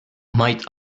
might